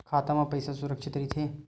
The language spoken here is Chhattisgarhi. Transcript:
खाता मा पईसा सुरक्षित राइथे?